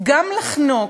גם לחנוק,